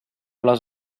les